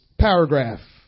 paragraph